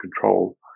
control